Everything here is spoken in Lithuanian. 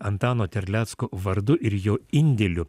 antano terlecko vardu ir jo indėliu